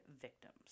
victims